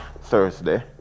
Thursday